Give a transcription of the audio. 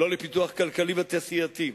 לא לפיתוח כלכלי ותעשייתי.